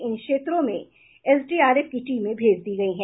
इन क्षेत्रों में एसडीआरएफ की टीमें भेज दी गयी है